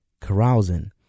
carousing